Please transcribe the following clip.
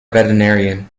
veterinarian